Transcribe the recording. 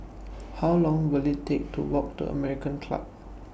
How Long Will IT Take to Walk to American Club